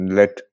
let